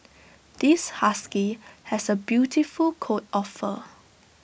this husky has A beautiful coat of fur